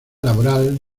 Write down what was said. laboral